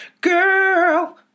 Girl